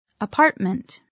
Apartment